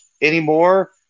anymore